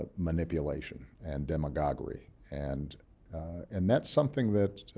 ah manipulation and demagoguery and and that's something that